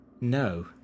No